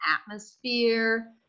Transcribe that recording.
atmosphere